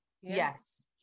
Yes